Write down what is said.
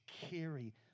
carry